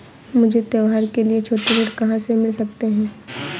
मुझे त्योहारों के लिए छोटे ऋृण कहां से मिल सकते हैं?